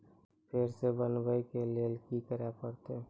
फेर सॅ बनबै के लेल की करे परतै?